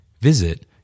Visit